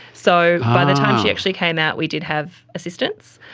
so by the time she actually came out we did have assistance,